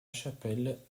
chapelle